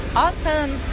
awesome